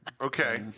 okay